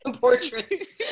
portraits